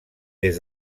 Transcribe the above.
des